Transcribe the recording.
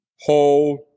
hold